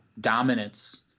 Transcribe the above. dominance